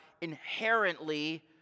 inherently